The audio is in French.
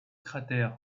cratère